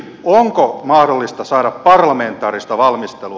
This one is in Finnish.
onko mahdollista saada parlamentaarista valmistelua